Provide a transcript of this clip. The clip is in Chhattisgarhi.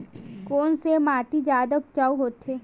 कोन से माटी जादा उपजाऊ होथे?